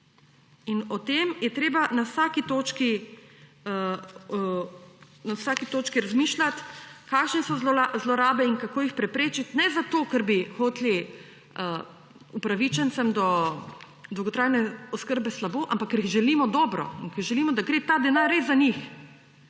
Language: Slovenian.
In o tem je treba na vsaki točki razmišljati, kakšne so zlorabe in kako jih preprečiti. Pa ne zato, ker bi hoteli upravičencem do dolgotrajne oskrbe slabo, ampak ker jim želimo dobro, ker želimo, da gre ta denar res za njih.